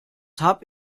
habe